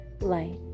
light